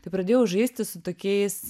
tai pradėjau žaisti su tokiais